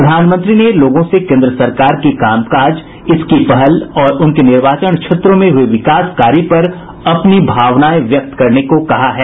प्रधानमंत्री ने लोगों से केन्द्र सरकार के कामकाज इसकी पहल और उनके निर्वाचन क्षेत्रों में हुए विकास कार्य पर अपनी भावनाएं व्यक्त करने को कहा है